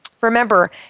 Remember